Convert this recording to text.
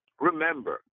remember